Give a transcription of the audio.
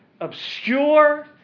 obscure